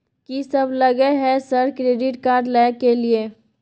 कि सब लगय हय सर क्रेडिट कार्ड लय के लिए?